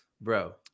bro